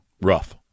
rough